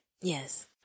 Yes